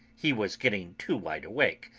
he was getting too wide awake,